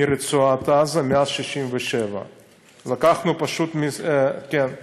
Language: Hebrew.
מרצועת עזה, מאז 67'. לקחנו פשוט, תעשה ככה, כן.